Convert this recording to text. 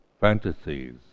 Fantasies